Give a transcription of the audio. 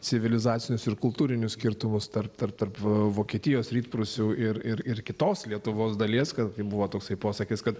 civilizacinius ir kultūrinius skirtumus tarp tarp tarp vokietijos rytprūsių ir ir kitos lietuvos dalies kad tai buvo toksai posakis kad